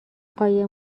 قایم